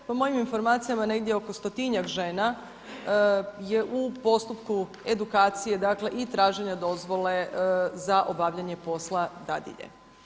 Po mojim informacijama negdje oko stotinjak žena je u postupku edukacije, dakle i traženja dozvole za obavljanje posla dadilje.